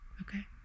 Okay